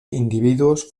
individuos